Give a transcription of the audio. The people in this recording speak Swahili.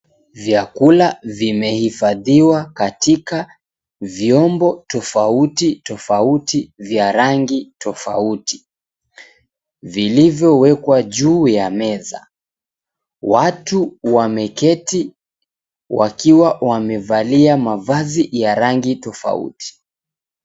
Vyakula vimehifadhiwa katika vyombo tofauti tofauti vya rangi tofauti, vilivyo wekwa juu ya meza. Watu wameketi wakiwa wamevalia mavazi ya rangi tofauti.